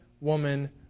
woman